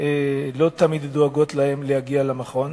לא תמיד דואגות להם להסעה כדי להגיע למכון.